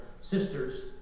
sister's